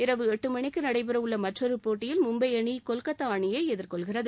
இரவு எட்டு மணிக்கு நடைபெறவுள்ள மற்றொரு போட்டியில் மும்பை அணி கொல்கத்தா அணியை எதிர்கொள்கிறது